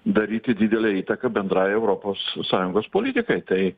daryti didelę įtaką bendrai europos sąjungos politikai tai